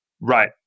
Right